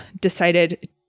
decided